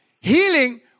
Healing